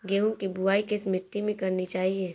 गेहूँ की बुवाई किस मिट्टी में करनी चाहिए?